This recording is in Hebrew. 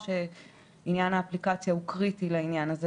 עניין האפליקציה הוא קריטי לעניין הזה